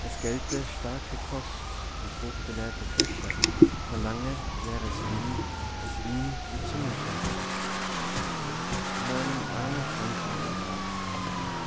es gelte starke kost und hochgelehrte köche verlange wer es will dass ihn die zunge schwäche man ahme frankreich nach